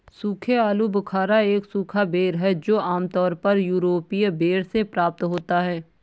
सूखे आलूबुखारा एक सूखा बेर है जो आमतौर पर यूरोपीय बेर से प्राप्त होता है